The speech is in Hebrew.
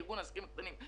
שהוא ארגון העסקים הקטנים.